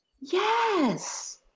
Yes